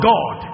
God